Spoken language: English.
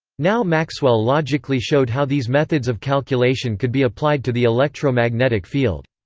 now maxwell logically showed how these methods of calculation could be applied to the electro-magnetic field.